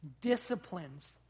disciplines